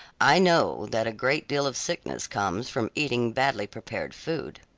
i know that a great deal of sickness comes from eating badly prepared food.